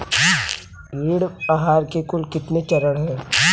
ऋण आहार के कुल कितने चरण हैं?